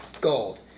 gold